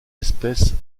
espèces